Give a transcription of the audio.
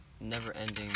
never-ending